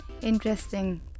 Interesting